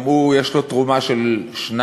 גם הוא, יש לו תרומה של 2.4,